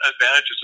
advantages